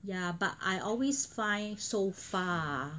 ya but I always find so far